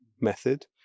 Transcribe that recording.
method